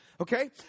Okay